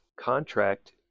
contract